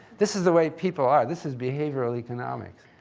this is the way people are. this is behavioral economics.